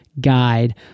guide